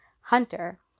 Hunter